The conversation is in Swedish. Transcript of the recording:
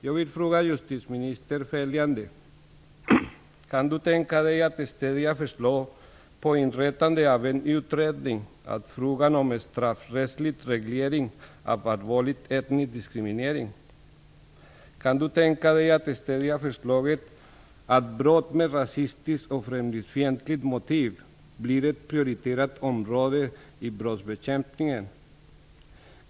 Jag vill fråga justitieministern följande: Kan justitieministern tänka sig att stödja förslag om inrättande av en utredning av frågan om straffrättslig reglering av allvarlig etnisk diskriminering? Kan justitieministern tänka sig att stödja förslaget att brott med rasistiskt och främlingsfientligt motiv blir ett prioriterat område i brottsbekämpningen?